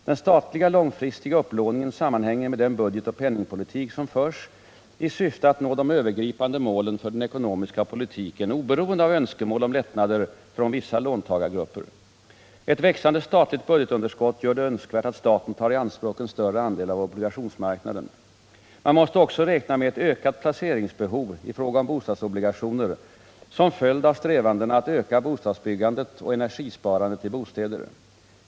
Den statliga långfristiga upplåningen sammanhänger med den budgetoch penningpolitik som förs i syfte att nå de övergripande målen för den ekonomiska politiken oberoende av önskemål om lättnader från vissa låntagargrupper. Ett växande statligt budgetunderskott gör det önskvärt att staten tar i anspråk en större andel av obligationsmarknaden. Man måste också räkna med ett ökat placeringsbehov i fråga om bostadsobligationer som följd av strävandena att öka bostadsbyggandet och energisparandet i bostäder.